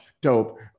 dope